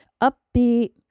upbeat